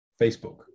Facebook